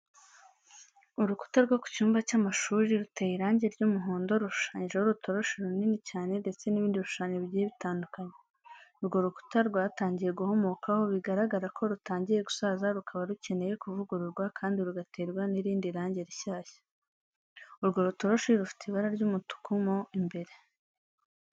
Urukuta rwo ku cyumba cy'amashuri ruteye irangi ry'umuhondo rushushanyijeho urutoroshi runini cyane ndetse n'ibindi bishushanyo bigiye bitandukanye. Urwo rukuta rwatangiye guhomokaho, bigaragara ko rutangiye gusaza rukaba rukeneye kuvugururwa kandi rugaterwa n'irindi rangi rishyashya. Urwo rutoroshi rufite ibara ry'umutuku mo imbere.